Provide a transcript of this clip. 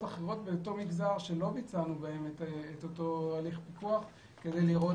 אחרות באותו מגזר שלא ביצענו את אותו הליך פיקוח כדי לראות